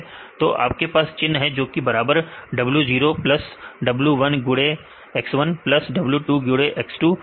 तो आपके पास चिह्न है जो कि बराबर है w0 प्लस w1 गुडे x1 plus w2 गुडे x2